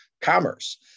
commerce